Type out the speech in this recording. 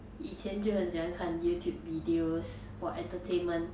以前就很喜欢看 youtube videos for entertainment